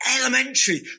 elementary